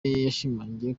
yashimangiye